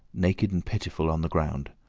naked and pitiful on the ground,